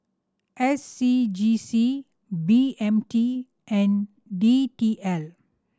S C G C B M T and D T L